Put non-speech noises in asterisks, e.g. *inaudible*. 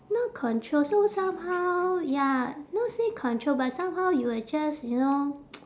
not control so somehow ya not say control but somehow you will just you know *noise*